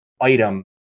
item